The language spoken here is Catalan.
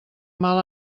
mal